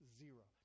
zero